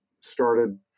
started